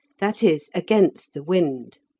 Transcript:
that is against the wind.